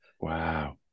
Wow